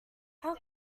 how